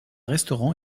restaurant